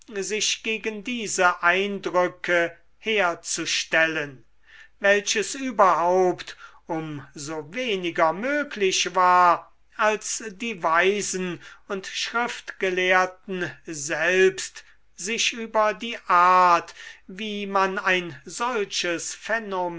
sich gegen diese eindrücke herzustellen welches überhaupt um so weniger möglich war als die weisen und schriftgelehrten selbst sich über die art wie man ein solches phänomen